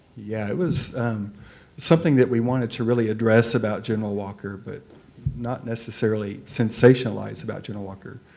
yeah it was something that we wanted to really address about general walker, but not necessarily sensationalize about general walker.